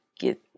get